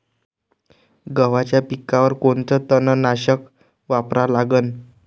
गव्हाच्या पिकावर कोनचं तननाशक वापरा लागन?